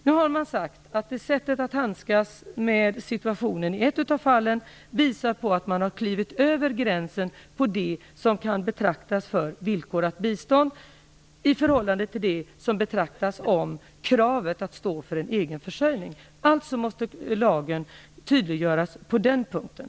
Man har nu sagt att sättet att handskas med situationen i ett av fallen visar på att man har klivit över gränsen till det som kan betraktas som villkorat bistånd i förhållande till det som betraktas som krav på att stå för en egen försörjning. Alltså måste lagen tydliggöras på den punkten.